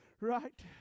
right